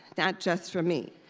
not just for me.